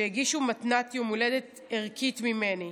שהגישו מתנת יום הולדת ערכית ממני,